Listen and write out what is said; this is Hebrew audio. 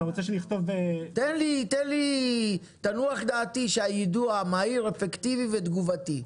תניח את דעתי שהיידוע מהיר, אפקטיבי ותגובתי.